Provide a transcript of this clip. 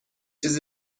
چیزی